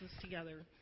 together